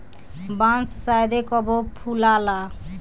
बांस शायदे कबो फुलाला